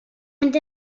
mynd